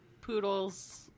Poodle's